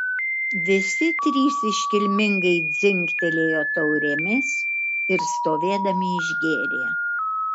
visi trys iškilmingai dzingtelėjo taurėmis ir stovėdami išgėrė